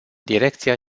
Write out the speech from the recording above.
direcția